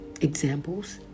examples